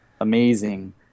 amazing